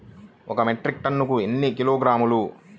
ఒక మెట్రిక్ టన్నుకు ఎన్ని కిలోగ్రాములు?